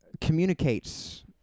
communicates